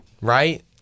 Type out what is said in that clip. right